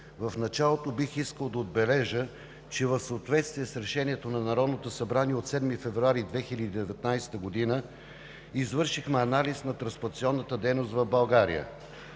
В началото бих искал да отбележа, че в съответствие с решението на Народното събрание от 7 февруари 2019 г. извършихме анализ на трансплантационната дейност в България.